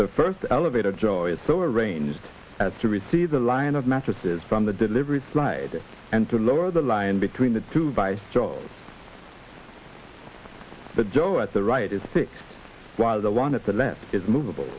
the first elevator joy is so arranged as to receive the line of mattresses from the delivery slide and to lower the line between the two by joe but joe at the right is fixed while the one at the left is movable